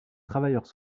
travailleurs